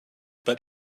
but